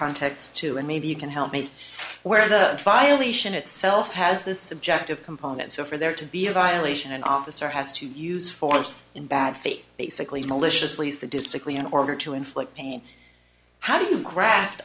context too and maybe you can help me where the violation itself has this subjective component so for there to be a violation an officer has to use force in bad faith basically maliciously sadistically in order to inflict pain how do you graft